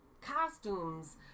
costumes